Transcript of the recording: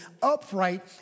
upright